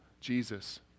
Jesus